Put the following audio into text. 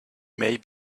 may